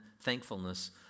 thankfulness